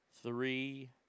Three